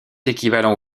équivalent